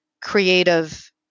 creative